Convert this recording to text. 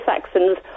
Saxons